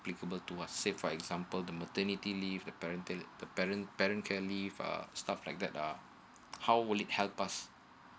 applicable to us say for example the maternity leave the paternity leave uh stuff like that uh how would it help us